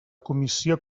comissió